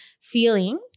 feeling